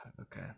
Okay